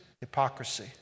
hypocrisy